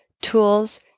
tools